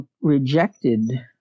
rejected